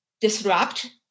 disrupt